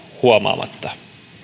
huomaamatta